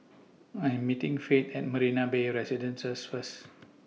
I Am meeting Faith At Marina Bay Residences First